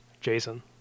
Jason